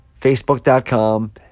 Facebook.com